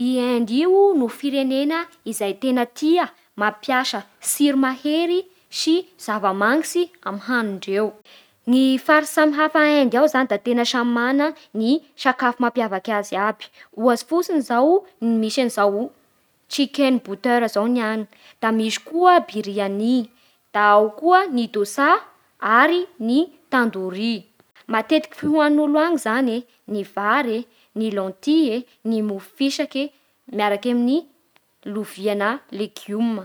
I Inde io da firenena izay tena tia mampiasa tsiro mahery sy zava-manitsy amin'ny hanindreo. Ny faritsy samihafa a Inde ao zao da samy mana ny sakafo mampiavaky azy aby. Ohatsy fotsiny zao misy an'izao chicken butter zao ny any. Da misy koa biryani Da ao koa ny dosa ary ny tandoori. Matetiky fihoanin'olo any zany gne vary e, ny lentille e, ny mofo fisaky miaraky amin'ny lovia gna legima